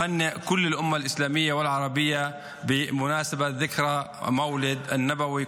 להן תרגומם: תבורך כל האומה האסלאמית והערבית לרגל ציון הולדת הנביא.